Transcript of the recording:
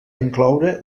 incloure